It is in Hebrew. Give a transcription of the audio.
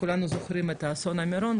כולנו זוכרים את אסון מירון,